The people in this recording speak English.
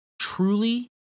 truly